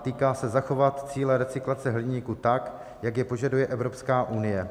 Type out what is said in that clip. Týká se zachovat cíle recyklace hliníku tak, jak je požaduje Evropská unie.